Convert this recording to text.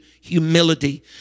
humility